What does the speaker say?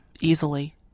easily